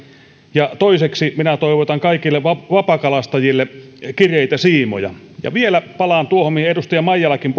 ja toiseksi minä toivotan kaikille vapakalastajille kireitä siimoja ja vielä palaan kalastonhoitomaksuun mistä edustaja maijalakin